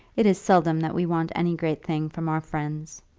it is seldom that we want any great thing from our friends.